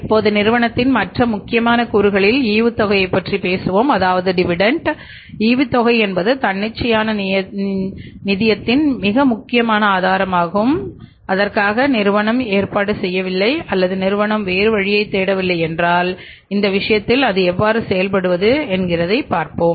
இப்போது நிறுவனத்தின் மற்ற முக்கியமான கூறுகளின் ஈவுத்தொகையைப் பற்றி பேசுகிறோம் ஈவுத்தொகை என்பது தன்னிச்சையான நிதியத்தின் மிக முக்கியமான ஆதாரமாகும் அதற்காக நிறுவனம் ஏற்பாடு செய்யவில்லை அல்லது நிறுவனம் வேறு வழியைத் தேடவில்லை என்றால் இந்த விஷயத்தில் அது எவ்வாறு செயல்படுவது என்பதை பார்ப்போம்